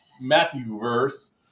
Matthew-verse